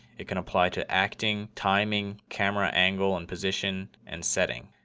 it can apply to acting, timing, camera angle and position and setting.